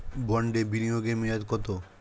বন্ডে বিনিয়োগ এর মেয়াদ কত?